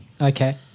Okay